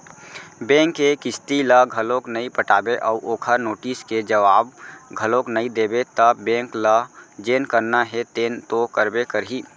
bank के किस्ती ल घलोक नइ पटाबे अउ ओखर नोटिस के जवाब घलोक नइ देबे त बेंक ल जेन करना हे तेन तो करबे करही